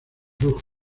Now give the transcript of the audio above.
rugby